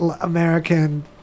American